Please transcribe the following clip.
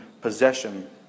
possession